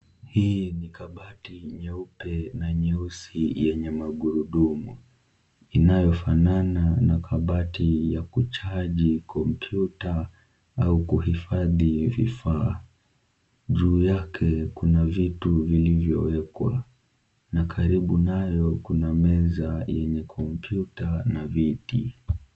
Hii ni kabati nyeupe na nyeusi yenye magurudumu, inayofanana na kabati ya kuchaji kompyuta au kuhifadhi vifaa. Juu yake kuna vitu vilivyoekwa na karibu nayo kuna meza yenye kompyuta na viti.